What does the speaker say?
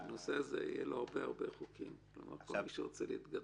יהיו הרבה הרבה חוקים בנושא הזה כדי להתגבר.